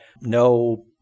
no